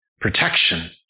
protection